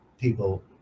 people